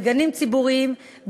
בגנים ציבוריים,